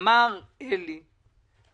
אני מסכים עם שלמה קרעי לגבי התוכנית החדשה,